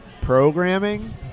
programming